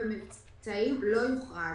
ומסחר ושירותים שלושה חודשים.